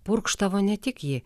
purkštavo ne tik ji